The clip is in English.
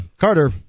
Carter